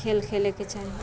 खेल खेलैके चाही